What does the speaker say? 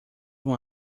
uma